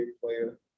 player